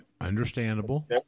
Understandable